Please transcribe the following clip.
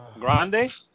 Grande